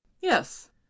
yes